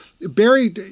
Barry